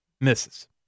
misses